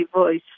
voice